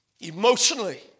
Emotionally